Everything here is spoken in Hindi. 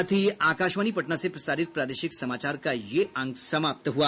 इसके साथ ही आकाशवाणी पटना से प्रसारित प्रादेशिक समाचार का ये अंक समाप्त हुआ